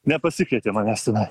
nepasikvietė manęs tenai